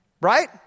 right